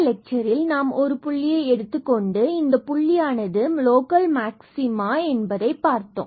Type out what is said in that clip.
எனவே முந்திய லெட்சரில் நாம் ஒரு புள்ளியை எடுத்துக் கொண்டு இந்த புள்ளியானது லோக்கல் மேக்ஸிமா என்பதை பார்த்தோம்